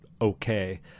okay